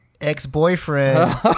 ex-boyfriend